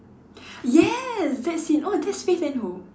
yes that's it oh that's faith and hope